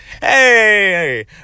hey